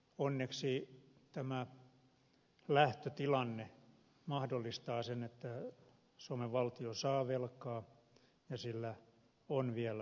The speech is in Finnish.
onneksi tämä lähtötilanne mahdollistaa sen että suomen valtio saa lainaa ja sillä on vielä varaa velkaantua